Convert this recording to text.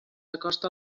acosta